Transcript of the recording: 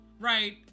right